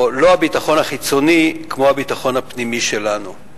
או לא הביטחון החיצוני כמו הביטחון הפנימי שלנו.